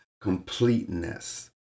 completeness